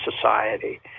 society